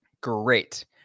great